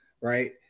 Right